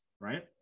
right